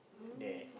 there